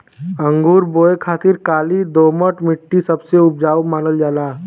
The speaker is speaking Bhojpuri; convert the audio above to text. अंगूर बोए खातिर काली दोमट मट्टी सबसे उपजाऊ मानल जाला